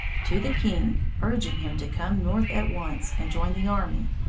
to the king, urging him to come north at once, and join the army,